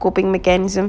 coping mechanism